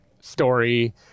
story